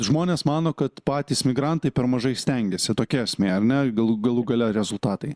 žmonės mano kad patys migrantai per mažai stengiasi tokia esmė ar ne galų galų gale rezultatai